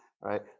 Right